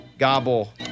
Gobble